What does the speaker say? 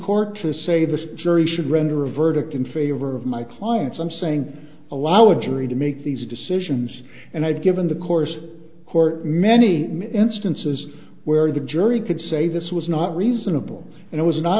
court to say this jury should render a verdict in favor of my clients i'm saying allow a jury to make these decisions and i'd given the course court many instances where the jury could say this was not reasonable and it was not